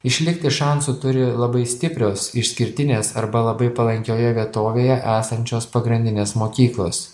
išlikti šansų turi labai stiprios išskirtinės arba labai palankioje vietovėje esančios pagrindinės mokyklos